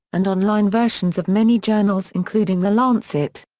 and online versions of many journals including the lancet.